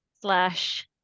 slash